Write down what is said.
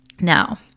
Now